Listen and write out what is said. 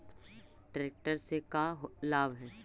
Tractor से का लाभ है?